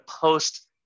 post